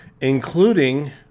including